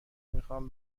میخوام